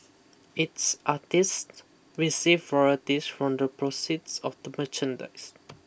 its artists receive royalties from the proceeds of the merchandise